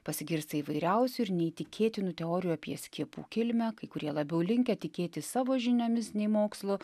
pasigirsta įvairiausių ir neįtikėtinų teorijų apie skiepų kilmę kai kurie labiau linkę tikėti savo žiniomis nei mokslu